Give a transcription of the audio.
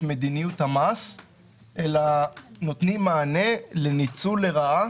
מדיניות המס אלא נותנים מענה לניצול לרעה